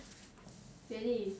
really